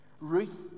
Ruth